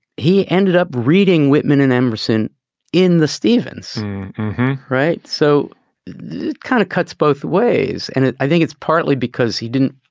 he ended up reading whitman and emerson in the stevens right. so it kind of cuts both ways. and i think it's partly because he didn't.